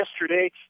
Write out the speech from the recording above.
yesterday